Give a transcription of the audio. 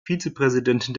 vizepräsidentin